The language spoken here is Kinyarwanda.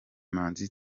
manzi